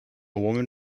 woman